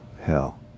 hell